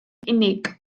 unig